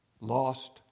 lost